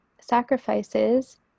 sacrifices